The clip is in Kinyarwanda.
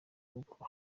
kuko